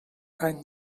any